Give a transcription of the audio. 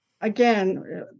again